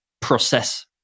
process